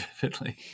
vividly